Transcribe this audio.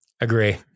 Agree